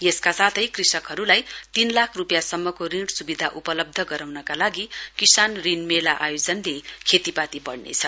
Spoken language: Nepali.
यसका साथै कृषकहरुलाई तीन लाख रुपियाँसम्मको ऋण सुविधा उपलब्ध गराउनका लागि किशान ऋण मेला आयोजनले खेती पाती वढ़नेछ